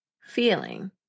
feeling